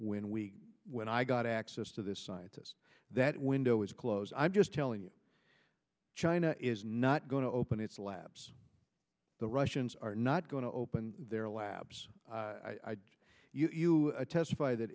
when we when i got access to this scientists that window is closed i'm just telling you china is not going to open its labs the russians are not going to open their labs i you testify that